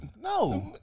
No